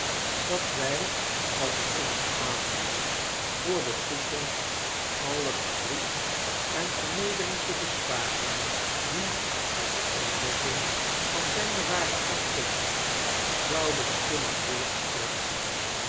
dat wy als het onze aannemen voor de toekomst alle verdriet en vernedering te besparen die uit deontdekking van zyne ware afkomst zouden kunnen